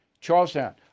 charlestown